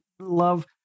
love